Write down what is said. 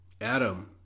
Adam